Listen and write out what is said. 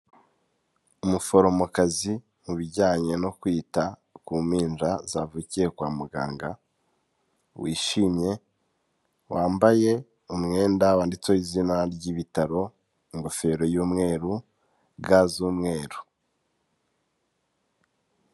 Umuforomokazi mu bijyanye no kwita ku mpinja zavukiye kwa muganga wishimye wambaye umwenda wanditseho izina ry'ibitaro, ingofero y'umweru, ga z'umweru.